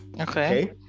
Okay